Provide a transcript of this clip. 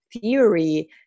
theory